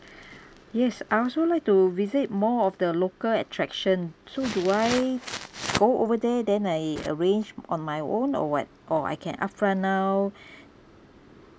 yes I would also like to visit more of the local attraction so do I go over there then I arrange go on my own or what or I can upfront now